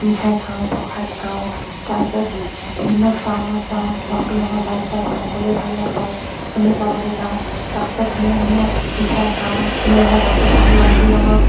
মিঠাই খাওঁ প্ৰসাদ খাওঁ তাৰ পিছত বিভিন্ন টাউনত যাওঁ ৰং বিৰঙৰ লাইট চাই সকলোৱে ভালে পায় আমিও চাবলৈ যাওঁ তাৰ পাছতে ধুনীয়া ধুনীয়া মিঠাই খাওঁ ধুনীয়া ধুনীয়া কাপোৰ পিন্ধোঁ ৰং বিৰঙৰ